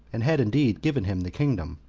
and had indeed given him the kingdom,